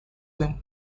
them